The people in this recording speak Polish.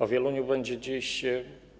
O Wieluniu będzie dziś